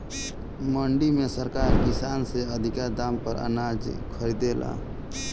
मंडी में सरकार किसान से अधिका दाम पर अनाज खरीदे ले